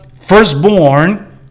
firstborn